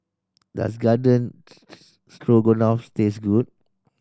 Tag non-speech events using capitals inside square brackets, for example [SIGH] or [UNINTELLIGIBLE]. Does Garden [UNINTELLIGIBLE] Stroganoff taste good